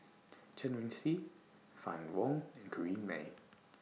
Chen Wen Hsi Fann Wong and Corrinne May